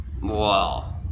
Wow